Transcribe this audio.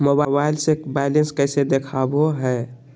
Mobile से balance कैसे देखाबो है?